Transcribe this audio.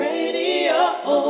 Radio